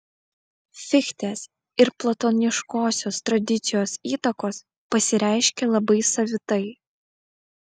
fichtės ir platoniškosios tradicijos įtakos pasireiškė labai savitai